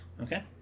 Okay